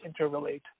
interrelate